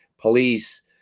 police